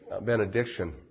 benediction